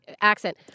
accent